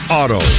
auto